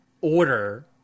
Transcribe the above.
order